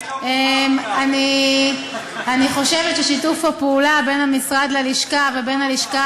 אני חושבת ששיתוף הפעולה בין המשרד ללשכה ובין הלשכה